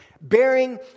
bearing